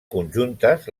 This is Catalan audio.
conjuntes